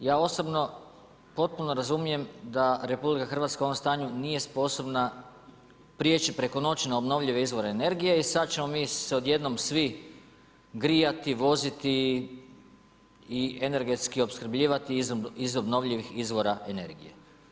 S druge strane, ja osobno potpuno razumijem da RH u ovom stanju nije sposobna prijeći preko noći na obnovljive izvore energije i sad ćemo mi se odjednom svi grijati, voziti i energetski opskrbljivati iz obnovljivih izvora energije.